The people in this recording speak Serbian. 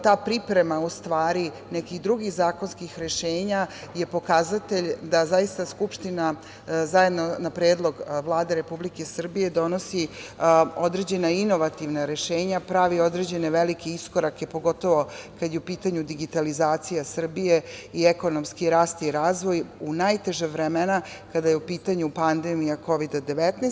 Ta priprema u stvari nekih drugih zakonskih rešenja je pokazatelj da zaista Skupština na predlog Vlade Republike Srbije donosi određena inovativna rešenja, prave određene velike iskorake, pogotovo kada je u pitanju digitalizacija Srbije i ekonomski rast i razvoj u najteža vremena, kada je u pitanju pandemija Kovida 19.